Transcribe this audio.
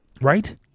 Right